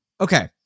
Okay